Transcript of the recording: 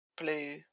blue